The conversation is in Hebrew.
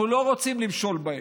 אנחנו לא רוצים למשול בהם,